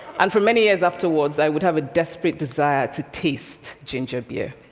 and for many years afterwards, i would have a desperate desire to taste ginger beer.